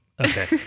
Okay